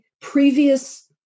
previous